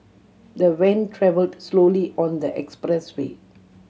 the van travelled slowly on the expressway